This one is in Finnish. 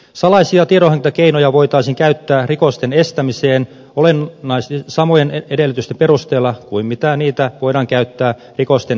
salaisia tiedonhankintakeinoja voitaisiin käyttää rikosten estämiseen olennaisesti samojen edellytysten perusteella kuin niitä voidaan käyttää rikosten selvittämiseen